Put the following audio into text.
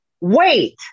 wait